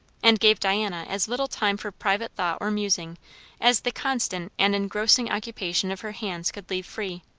and gave diana as little time for private thought or musing as the constant and engrossing occupation of her hands could leave free.